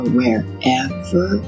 wherever